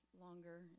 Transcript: longer